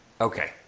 Okay